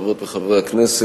חברות וחברי הכנסת,